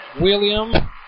William